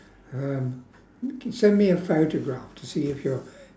um send me a photograph to see if you're